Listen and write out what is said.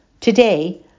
Today